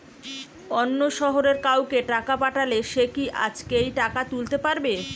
অন্য শহরের কাউকে টাকা পাঠালে সে কি আজকেই টাকা তুলতে পারবে?